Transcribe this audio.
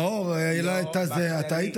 נאור העלה את זה פה.